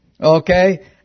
Okay